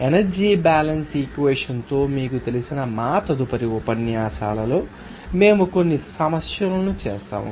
energy balance equation తో మీకు తెలిసిన మా తదుపరి ఉపన్యాసాలలో మేము కొన్ని సమస్యలను చేస్తాము